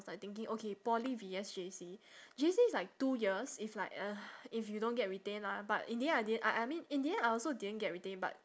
was like thinking okay poly V S J_C J_C is like two years if like uh if you don't get retained lah but in the end I didn~ I I mean in the end I also didn't get retained but